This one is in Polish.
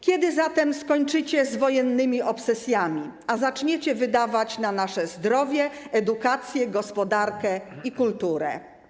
Kiedy zatem skończycie z wojennymi obsesjami, a zaczniecie wydawać na nasze zdrowie, edukację, gospodarkę i kulturę?